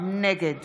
נגד